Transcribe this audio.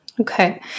Okay